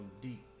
deep